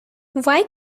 why